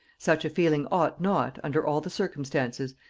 such a feeling ought not, under all the circumstances,